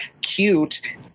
cute